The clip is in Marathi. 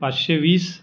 पाचशे वीस